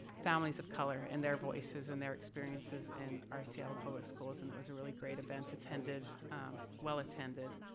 families of color and their voices and their experiences in our seattle public schools and that was a really great event attended well attended.